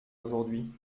aujourd’hui